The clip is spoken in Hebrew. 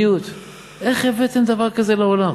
איך הבאתם דבר כזה לעולם?